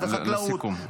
בחקלאות -- לסיכום.